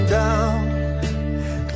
down